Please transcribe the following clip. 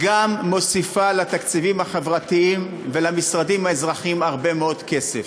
גם מוסיפה לתקציבים החברתיים ולמשרדים האזרחיים הרבה מאוד כסף.